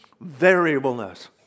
variableness